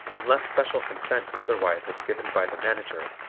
unless special consent otherwise is given by the manager,